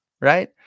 right